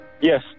Yes